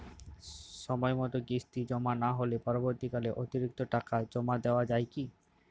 সময় মতো কিস্তি জমা না হলে পরবর্তীকালে অতিরিক্ত টাকা জমা দেওয়া য়ায় কি?